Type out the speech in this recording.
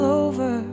over